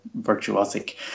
virtuosic